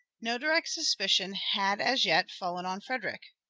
no direct suspicion had as yet fallen on frederick.